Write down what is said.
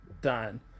done